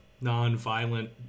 non-violent